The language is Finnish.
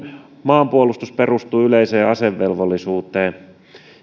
maanpuolustus perustuu yleiseen asevelvollisuuteen